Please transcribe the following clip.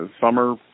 summer